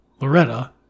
Loretta